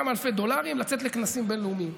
כמה אלפי דולרים לצאת לכנסים בין-לאומיים?